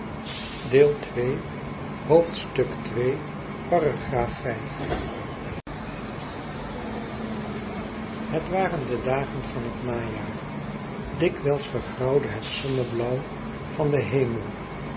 het waren de dagen van het najaar dikwijls vergrauwde het zonneblauw van den hemel